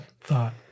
thought